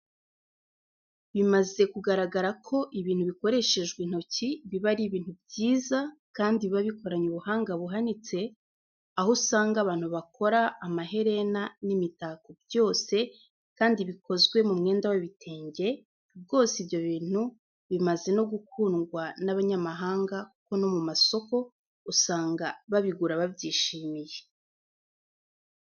Bimaze kugaragara ko ibintu bikoreshejwe intoki biba ari ibintu byiza kandi biba bikoranye ubuhanga buhanitse, aho usanga abantu bakora amaherena n'imitako byose kandi bikozwe mu mwenda w'ibitenge, rwose ibyo bintu bimaze no gukundwa n'abanyamahanga kuko no mu masoko usanga babigura babyishimiye.